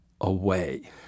away